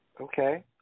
Okay